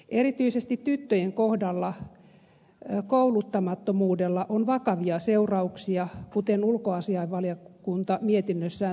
erityisesti tyttöjen kohdalla kouluttamattomuudella on vakavia seurauksia kuten ulkoasiainvaliokunta mietinnössään toteaakin